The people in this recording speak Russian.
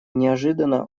неожиданно